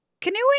Canoeing